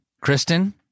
Kristen